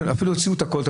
אפילו עשו הכול,